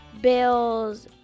Bills